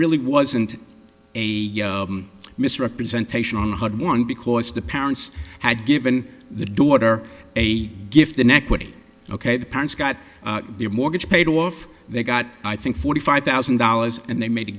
really wasn't a misrepresentation on one hundred one because the parents had given the daughter a gift inequity ok the parents got their mortgage paid off they got i think forty five thousand dollars and they made a